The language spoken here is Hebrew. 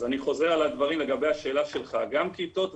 אנחנו הצענו כמה רעיונות